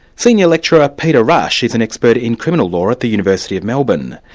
senior lecturer peter rush is an expert in criminal law at the university of melbourne.